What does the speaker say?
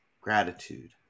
gratitude